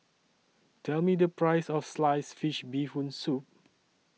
Tell Me The Price of Sliced Fish Bee Hoon Soup